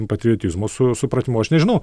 patriotizmo su supratimu aš nežinau